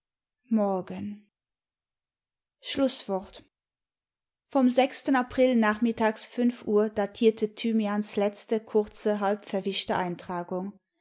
morgen schlußwort vom april nachmittags fünf uhr datierte thymians letzte kurze halb verwischte eintragung